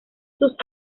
sus